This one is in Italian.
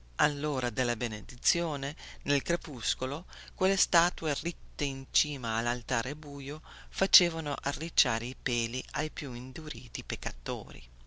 allora della benedizione nel crepuscolo quelle statue ritte in cima allaltare buio facevano arricciare i peli ai più induriti peccatori